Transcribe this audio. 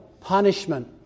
punishment